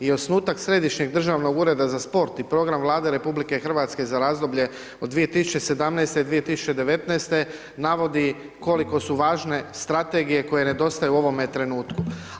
I osnutak Središnjeg državnog ureda za sport i program Vlade RH za razdoblje od 2017.-2019. navodi koliko su važne strategije koje nedostaju u ovome trenutku.